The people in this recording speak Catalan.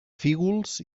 fígols